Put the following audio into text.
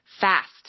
Fast